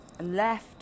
left